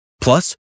Plus